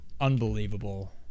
unbelievable